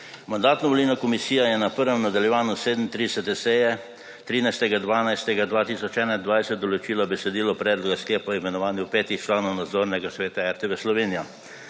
Mandatno-volilna komisija je na 1. nadaljevanju 37. seje 13. 12. 2021 določila besedilo predloga sklepa o imenovanju petih članov nadzornega sveta RTV Slovenija.